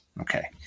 okay